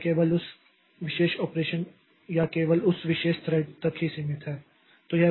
तो यह केवल उस विशेष ऑपरेशन या केवल उस विशेष थ्रेड तक ही सीमित है